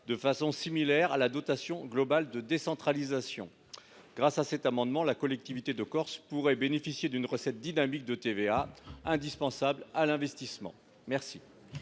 à celles de la dotation générale de décentralisation (DGD). Grâce à cet amendement, la collectivité de Corse pourrait bénéficier d’une recette dynamique de TVA, indispensable pour l’investissement. Quel